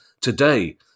today